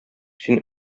син